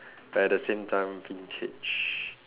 but at the same time vintage